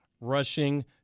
rushing